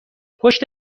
پشت